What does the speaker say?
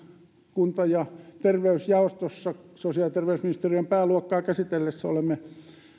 kunta ja terveysjaostossa sosiaali ja terveysministeriön pääluokkaa käsiteltäessä olemme